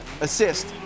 assist